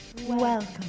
Welcome